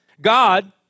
God